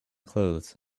clothes